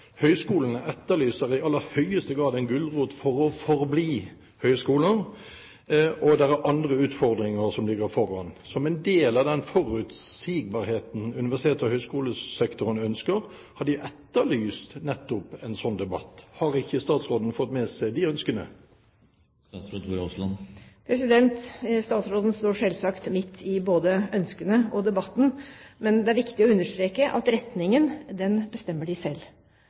Høyskolene etterlyser i aller høyeste grad en gulrot for å forbli høyskoler. Det er også andre utfordringer som ligger her. Som en del av den forutsigbarheten universitets- og høyskolesektoren ønsker, etterlyser de nettopp en slik debatt. Har ikke statsråden fått med seg de ønskene? Statsråden står selvsagt midt i både ønskene og debatten. Men det er viktig å understreke at retningen bestemmer de selv.